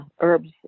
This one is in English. herbs